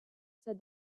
said